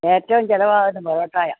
ഏറ്റവും ചെലവാവുന്നത് പൊറോട്ടയാണ്